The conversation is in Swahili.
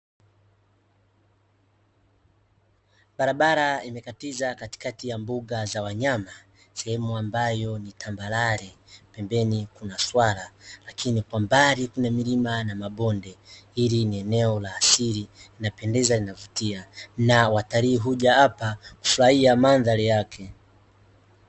Barabara imekatiza katikati ya mbuga za wanyama, sehemu ambayo ni tambarare. Pembeni kuna swala lakini kwa mbali kuna milima na mabonde. Hili ni eneo la asili, linapendeza, linavutia; na watalii huja hapa kufurahia mandhari yake.